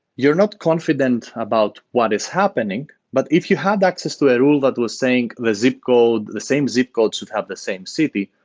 you're not confident about what is happening, but if you have access to a rule that saying the zip code, the same zip code should have the same city.